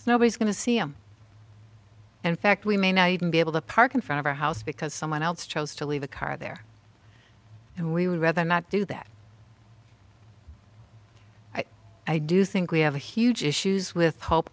nobody's going to see i'm in fact we may not even be able to park in front of our house because someone else chose to leave the car there and we would rather not do that i do think we have a huge issues with hope